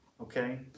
okay